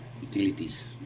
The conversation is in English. utilities